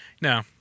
No